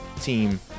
team